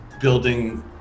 building